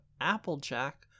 Applejack